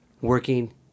working